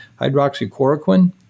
hydroxychloroquine